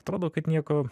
atrodo kad nieko